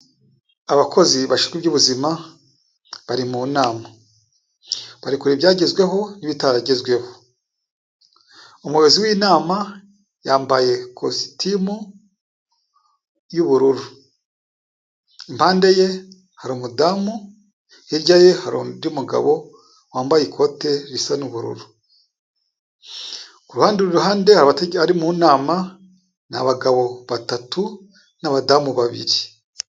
Abakozi bashinzwe iby'ubuzima bari mu nama, bari kureba ibyagezweho n'ibitaragezweho, umuyobozi w'inama yambaye ikositimu y'ubururu, impande ye hari umudamu, hirya ye hari undi mugabo wambaye ikote risa n'ubururu, ku ruhande uru ruhande abari mu nama ni abagabo batatu n'abadamu babiri.